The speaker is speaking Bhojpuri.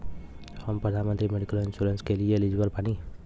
हम प्रधानमंत्री मेडिकल इंश्योरेंस के लिए एलिजिबल बानी?